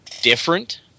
different